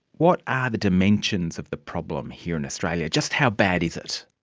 what are the dimensions of the problem here in australia? just how bad is it?